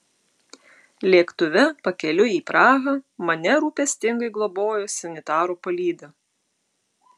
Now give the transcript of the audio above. lėktuve pakeliui į prahą mane rūpestingai globojo sanitarų palyda